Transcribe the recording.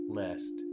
lest